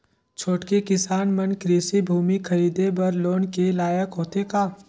छोटके किसान मन कृषि भूमि खरीदे बर लोन के लायक होथे का?